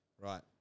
Right